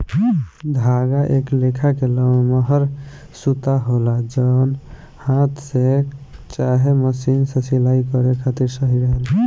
धागा एक लेखा के लमहर सूता होला जवन हाथ से चाहे मशीन से सिलाई करे खातिर सही रहेला